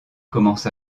commence